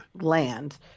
Land